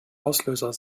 auslöser